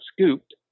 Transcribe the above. scooped